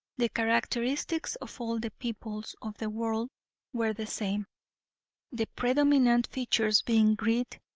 the characteristics of all the peoples of the world were the same the predominant features being greed,